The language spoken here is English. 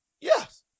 Yes